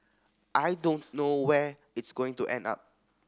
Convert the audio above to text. I don't know where it's going to end up